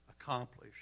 accomplished